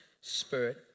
spirit